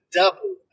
double